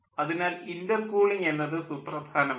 അതിനാൽ ഇൻ്റർകൂളിംഗ് എന്നത് സുപ്രധാനമാണ്